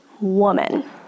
woman